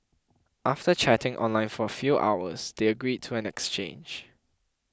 after chatting online for a few hours they agreed to an exchange